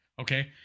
Okay